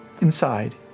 inside